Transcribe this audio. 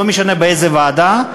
לא משנה באיזה ועדה,